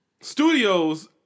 studios